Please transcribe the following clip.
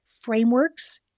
frameworks